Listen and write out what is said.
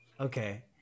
okay